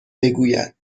بگوید